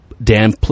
Dan